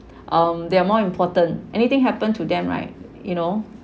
um they are more important anything happen to them right you know